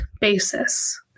basis